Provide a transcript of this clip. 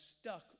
stuck